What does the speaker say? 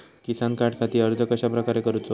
किसान कार्डखाती अर्ज कश्याप्रकारे करूचो?